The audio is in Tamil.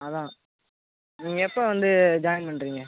அதுதான் நீங்கள் எப்போ வந்து ஜாயின் பண்ணுறீங்க